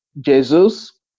Jesus